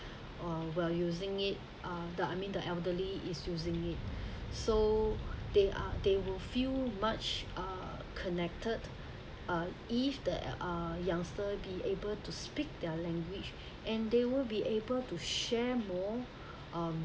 uh we're using it uh the I mean the elderly is using it so they are they will feel much uh connected uh if the uh youngster be able to speak their language and they will be able to share more um